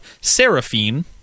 Seraphine